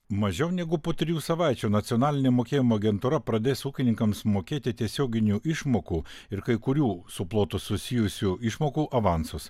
mažiau negu po trijų savaičių nacionalinė mokėjimo agentūra pradės ūkininkams mokėti tiesioginių išmokų ir kai kurių su plotu susijusių išmokų avansus